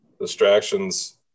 distractions